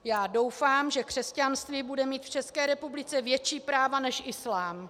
Já doufám, že křesťanství bude mít v České republice větší práva než islám.